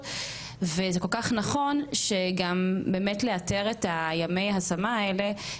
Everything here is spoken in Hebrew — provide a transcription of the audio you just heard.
וזה כל כך נכון שגם באמת לאתר את ימי השמה האלה,